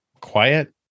quiet